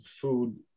food